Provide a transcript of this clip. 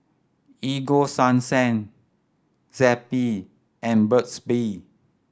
Ego Sunsense Zappy and Burt's Bee